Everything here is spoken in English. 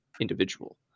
individual